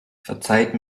verzeiht